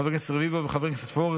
חבר הכנסת רביבו וחבר הכנסת פורר,